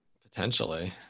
Potentially